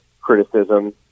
criticism